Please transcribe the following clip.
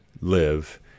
live